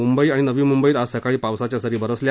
मुंबई आणि नवी मुंबईत आज सकाळी पावसाच्या सरी बरसल्या